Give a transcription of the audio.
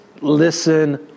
listen